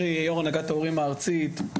יו"ר הנהגת ההורים הארצית,